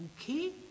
Okay